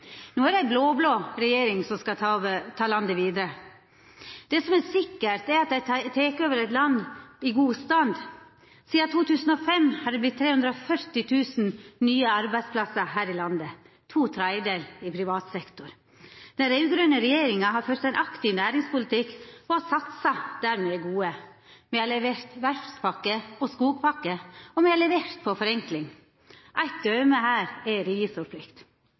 No er det ei blå-blå regjering som skal ta landet vidare. Det som er sikkert, er at dei tek over eit land i god stand. Sidan 2005 har det vorte 340 000 nye arbeidsplassar her i landet – to tredjedelar i privat sektor. Den raud-grøne regjeringa har ført ein aktiv næringspolitikk og har satsa der me er gode. Me har levert verftspakke og skogpakke, og me har levert på forenkling. Eit døme her er